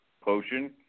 potion